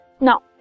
Now